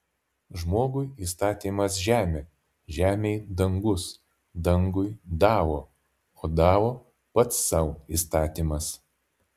žmogui įstatymas žemė žemei dangus dangui dao o dao pats sau įstatymas